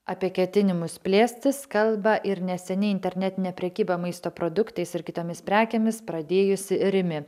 apie ketinimus plėstis kalba ir neseniai internetinę prekybą maisto produktais ir kitomis prekėmis pradėjusi rimi